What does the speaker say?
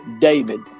David